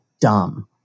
dumb